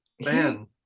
man